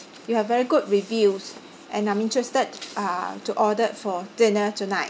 you have very good reviews and I'm interested uh to order for dinner tonight